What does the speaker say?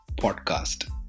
Podcast